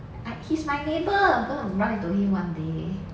I kissed my neighbour don't ran into him one day